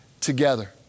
together